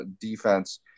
defense